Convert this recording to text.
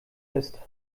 ist